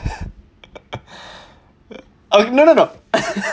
uh no no no